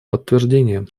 подтверждением